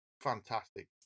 fantastic